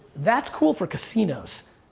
that's cool for casinos,